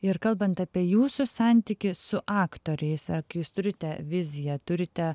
ir kalbant apie jūsų santykį su aktoriais ar k jūs turite viziją turite